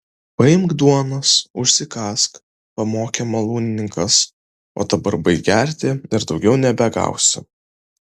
paimk duonos užsikąsk pamokė malūnininkas o dabar baik gerti ir daugiau nebegausi